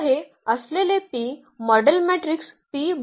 आता हे असलेले P मॉडेल मॅट्रिक्स P बनवू शकतो